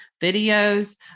videos